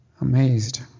amazed